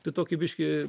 tai tokį biškį